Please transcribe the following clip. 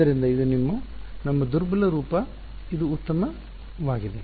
ಆದ್ದರಿಂದ ಇದು ನಮ್ಮ ದುರ್ಬಲ ರೂಪ ಇದು ಇದು ಉತ್ತಮವಾಗಿದೆ